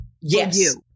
Yes